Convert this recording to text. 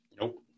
Nope